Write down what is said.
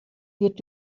wird